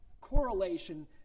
correlation